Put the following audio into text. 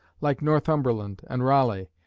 like northumberland and raleigh,